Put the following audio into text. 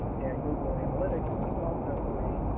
and google analytics, which is also free,